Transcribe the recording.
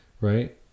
right